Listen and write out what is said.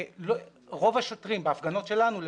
רוב השוטרים בהפגנות שלנו לפחות,